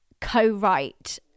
co-write